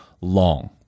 long